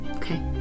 Okay